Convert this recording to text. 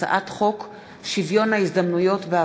לקריאה שנייה ולקריאה שלישית,